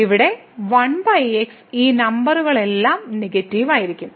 ഇവിടെ 1x ഈ നമ്പറുകളെല്ലാം നെഗറ്റീവ് ആയിരിക്കും